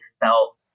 felt